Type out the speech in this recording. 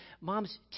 moms